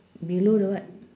below the what